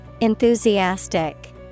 Enthusiastic